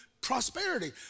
prosperity